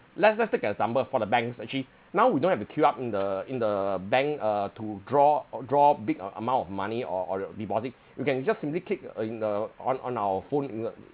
let's let's take an example for the banks actually now we don't have to queue up in the in the bank uh to draw draw big amount of money or or your deposit you can just simply click uh in the on on our phone with a